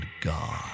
god